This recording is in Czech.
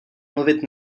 mluvit